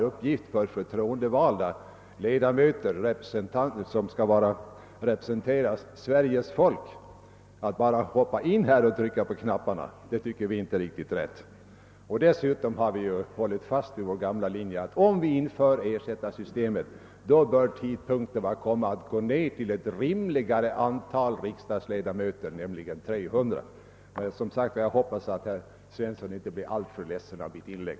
Uppgiften för ledamöterna, som skall representera Sveriges folk, skall inte bara vara att rycka in och trycka på knapparna. Dessutom har vi hållit fast vid vår gamla linje att, om ersättarsystemet införs, bör tidpunkten vara kommen att gå ned till ett rimligare antal riksdagsledamöter, nämligen 300. Jag hoppas som sagt att herr Svensson i Eskilstuna inte blir ledsen av mitt inlägg.